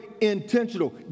intentional